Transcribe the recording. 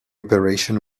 operation